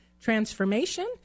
transformation